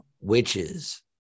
witches